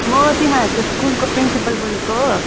म तिमीहरूको स्कुलको प्रिन्सिपल बोलेको